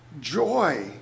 joy